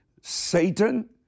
Satan